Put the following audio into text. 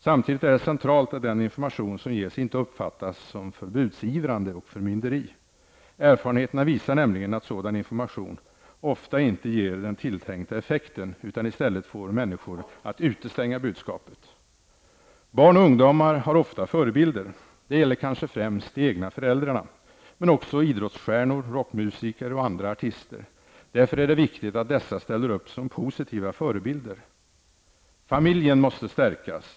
Samtidigt är det centralt att den information som ges inte uppfattas som förbudsivrande och förmynderi. Erfarenheterna visar nämligen att sådan information ofta inte ger den tilltänkta effekten utan i stället får människor att utestänga budskapet. Barn och ungdomar har ofta förebilder. Det gäller kanske främst de egna föräldrarna, men också idrottsstjärnor, rockmusiker och andra artister. Därför är det viktigt att dessa ställer upp som positiva förebilder. Familjen måste stärkas.